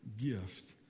gift